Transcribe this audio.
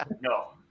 no